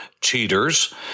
cheaters